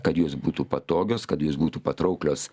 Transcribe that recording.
kad jos būtų patogios kad jos būtų patrauklios